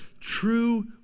true